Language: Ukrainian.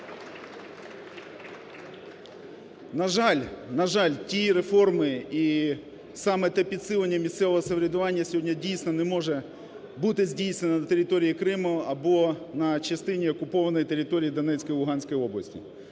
на жаль, ті реформи і саме те підсилення місцевого самоврядування сьогодні, дійсно, не може бути здійснене на території Криму або на частині окупованої території Донецької і Луганської області.